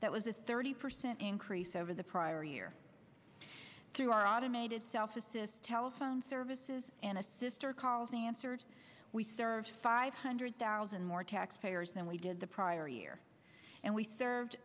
that was a thirty percent increase over the prior year through our automated self assist telephone services and a sister calls answered we serve five hundred thousand more taxpayers than we did the prior year and we served